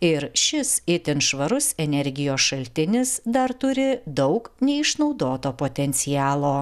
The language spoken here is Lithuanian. ir šis itin švarus energijos šaltinis dar turi daug neišnaudoto potencialo